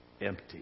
empty